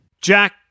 Jack